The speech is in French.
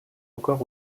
encore